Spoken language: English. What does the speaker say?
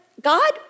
God